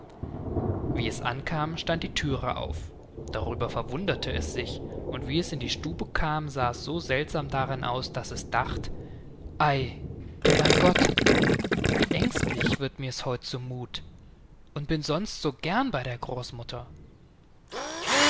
wie es ankam stand die thüre auf darüber verwunderte es sich und wie es in die stube kam sahs so seltsam darin aus daß es dacht ei du mein gott wie ängstlich wird mirs heut zu muth und bin sonst so gern bei der großmutter